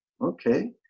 okay